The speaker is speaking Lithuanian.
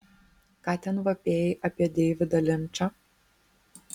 ką ten vapėjai apie deividą linčą